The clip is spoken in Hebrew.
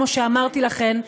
כמו שאמרתי לכם,